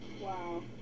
Wow